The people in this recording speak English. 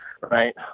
right